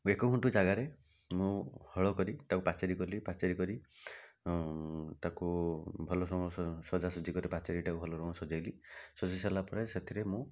ଏକ ଗୁଣ୍ଠ ଜାଗାରେ ମୁଁ ହଳ କରି ତାକୁ ପାଚେରୀ କଲି ପାଚେରୀ କରି ତାକୁ ଭଲ ସଜାସଜି କରି ପାଚେରୀଟେ ଭଲ ରକମରେ ସଜାଇଲି ସଜାଇ ସାରିଲା ପରେ ସେଥିରେ ମୁଁ